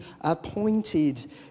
appointed